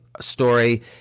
story